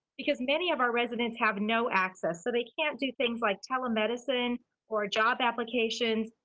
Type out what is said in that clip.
because many of our residents have no access. so they can't do things like telemedicine or job applications,